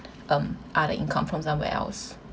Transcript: um other income from somewhere else